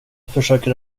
försöker